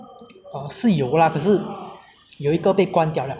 是有啦可是有一个被关掉了